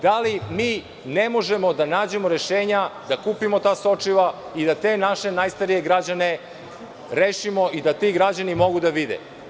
Da li mi ne možemo da nađemo rešenja da kupimo ta sočiva i da naše najstarije građane rešimo i da ti građani mogu da vide?